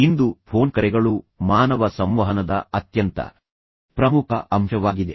ಇಂದು phone ಕರೆಗಳು ಮಾನವ ಸಂವಹನದ ಅತ್ಯಂತ ಪ್ರಮುಖ ಅಂಶವಾಗಿದೆ